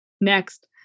Next